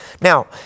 Now